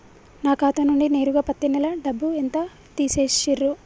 నా ఖాతా నుండి నేరుగా పత్తి నెల డబ్బు ఎంత తీసేశిర్రు?